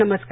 नमस्कार